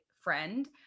friend